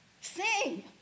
Sing